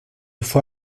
fue